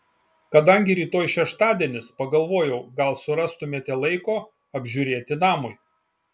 kadangi rytoj šeštadienis pagalvojau gal surastumėte laiko apžiūrėti namui